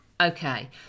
Okay